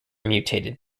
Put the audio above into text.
mutated